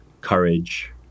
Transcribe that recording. courage